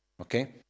Okay